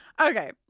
Okay